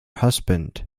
husband